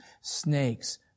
snakes